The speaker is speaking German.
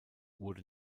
wurde